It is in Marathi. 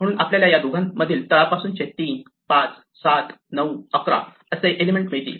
म्हणून आपल्याला या दोघांमधील तळापासूनचे 3 5 7 9 11 असे एलिमेंट मिळतील